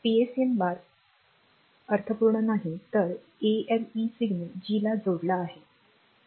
PSEN बार अर्थपूर्ण नाही तर एएलई सिग्नल G लl जोडलl आहे